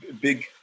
big